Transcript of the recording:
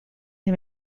him